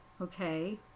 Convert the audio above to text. okay